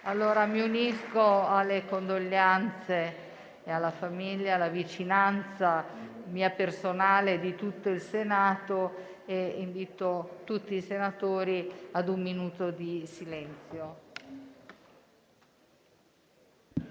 Mi unisco alle condoglianze, esprimo alla famiglia la vicinanza mia personale e di tutto il Senato e invito tutti i senatori ad osservare un minuto di silenzio.